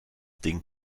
ding